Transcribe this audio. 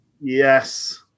Yes